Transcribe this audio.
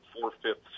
four-fifths